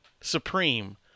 supreme